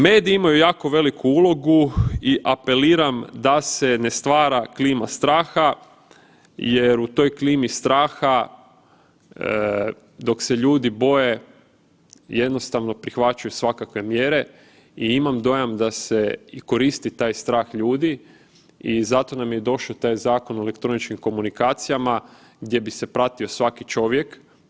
Medijima imaju jako veliku ulogu i apeliram da se ne stvara klima straha jer u toj klimi straha, dok se ljudi boje jednostavno prihvaćaju svakakve mjere i imam dojam da se i koristi taj strah ljudi i zato nam je i došao taj Zakon o elektroničkim komunikacijama gdje bi se pratio svaki čovjek.